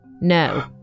No